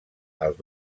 als